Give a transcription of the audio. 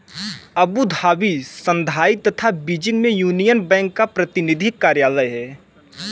Abu Dhabi, Shanghai तथा Beijing में Union Bank का प्रतिनिधि कार्यालय है?